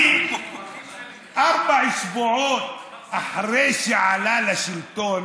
ארבעה שבועות אחרי שעלה לשלטון